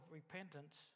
repentance